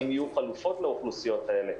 האם יהיו חלופות לאוכלוסיות האלה?